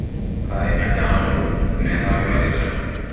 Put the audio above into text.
kai meandaan alo, meandaan wadisadum.